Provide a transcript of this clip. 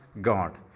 God